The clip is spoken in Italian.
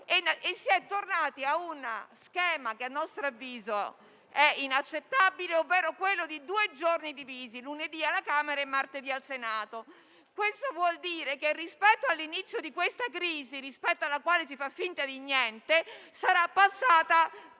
si è tornati a uno schema che - a nostro avviso - è inaccettabile, ossia due giorni divisi: lunedì alla Camera e martedì al Senato. Questo vuol dire che, dall'inizio di questa crisi, rispetto alla quale si fa finta di niente, sarà passata